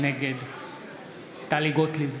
נגד טלי גוטליב,